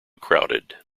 crowded